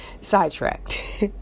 sidetracked